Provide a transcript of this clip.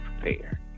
prepare